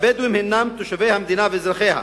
"הבדואים הינם תושבי המדינה ואזרחיה,